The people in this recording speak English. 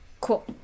Cool